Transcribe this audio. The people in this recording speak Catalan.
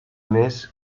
més